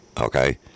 okay